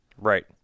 Right